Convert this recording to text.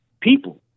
people